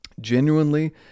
genuinely